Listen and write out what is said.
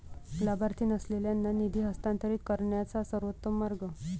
लाभार्थी नसलेल्यांना निधी हस्तांतरित करण्याचा सर्वोत्तम मार्ग